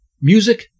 Music